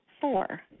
four